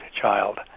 child